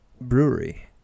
brewery